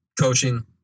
coaching